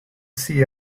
see